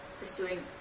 pursuing